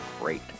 great